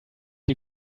you